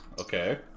Okay